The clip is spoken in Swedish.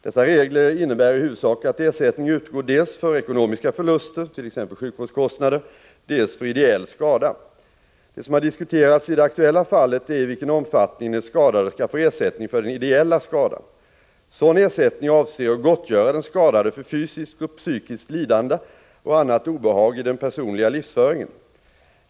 Dessa regler innebär i huvudsak att ersättning utgår dels för ekonomiska förluster, t.ex. sjukvårdskostnader, dels för ideell skada. Det som har diskuterats i det aktuella fallet är i vilken omfattning den skadade skall få ersättning för den ideella skadan. Sådan ersättning avser att gottgöra den skadade för fysiskt och psykiskt lidande och annat obehag i den personliga livsföringen.